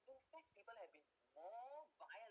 in fact people have been more violence